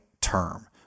term